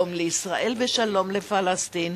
שלום לישראל ושלום לפלסטין,